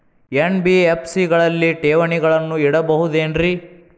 NBFC ಗಳಲ್ಲಿ ಠೇವಣಿಗಳನ್ನು ಇಡಬಹುದೇನ್ರಿ?